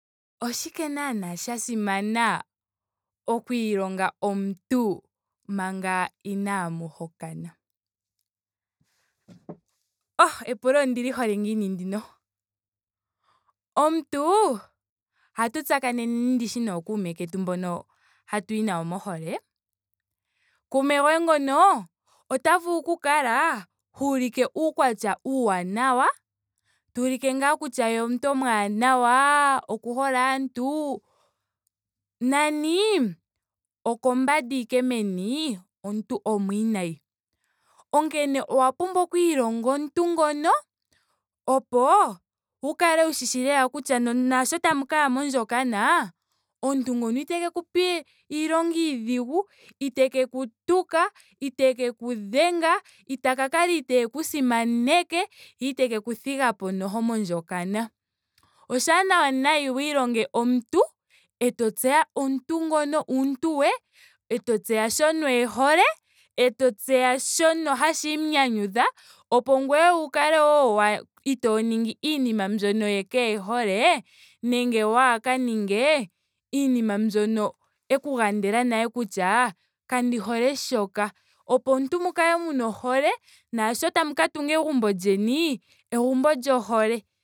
Oshike naa sha simana oku ilonga omuntu omanga inaamu hokana. Epulo ondili hole ngiini ndino. Omuntu ihatu tsakaneneni ndishi nookume ketu mbono hatu yi nayo mohole. Kuume goye ngono. ota vulu oku kala ha ulike uukwatya uuwanawa. tuulike ngaa kutya omuntu omwaanawa. oku hole aantu. nani okombanda ashike. meni omuntu omwiinayi. Onkene owa pumbwa oku ilonga omuntu ngono opo wu kale wu shishi lela kutya naasho tamukaya mondjokana. omuntu ngono iteke ku pa iilonga iidhigu. iteke ku tuka. iteke ku dhenga. ita ka kala iteeku simaneke. ye iteku ku thigapo noho mondjokana. Oshaanawa nawa wu ilonge omuntu. eto tseya omuntu ngono uuntu we. eto tseya shono ehole. eto tseya shono hashi mu nyanyudha. opo ngoye wo wu kale wa- itoo ningi iinima mbyono ye kee hole. nenge waaka ninge iinima mbyoka a ku gandela nale kutya kandi hole shoka. Opo omuntu mu kale muna ohole. nasho tamu ka tunga egumbo lyeni. egumbo lyohole